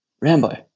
Rambo